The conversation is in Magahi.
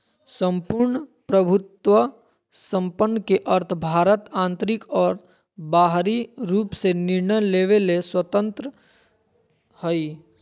सम्पूर्ण प्रभुत्वसम्पन् के अर्थ भारत आन्तरिक और बाहरी रूप से निर्णय लेवे ले स्वतन्त्रत हइ